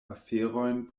aferojn